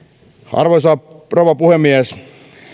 arvoisa rouva puhemies